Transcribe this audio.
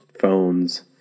phones